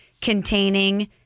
containing